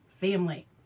family